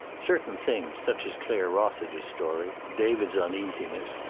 certain things, such as clare rossiter's story, david's uneasiness,